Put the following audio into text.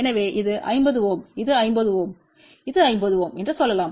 எனவே இது 50 Ω இது 50 Ω இது 50 Ω என்று சொல்லலாம்